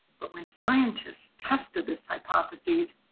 but when scientists tested this hypotheses,